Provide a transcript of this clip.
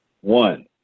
One